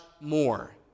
more